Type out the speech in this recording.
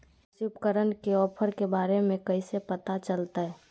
कृषि उपकरण के ऑफर के बारे में कैसे पता चलतय?